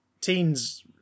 Teens